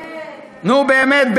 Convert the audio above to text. נו, באמת.